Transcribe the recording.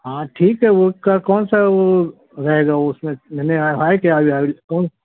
ہاں ٹھیک ہے وہ اس کا کون سا وہ رہے گا اس میں نے ہے ہے کیا آج آج ڈسکاؤنٹ